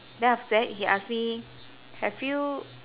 then after that he ask me have you